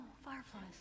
fireflies